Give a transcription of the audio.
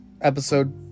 episode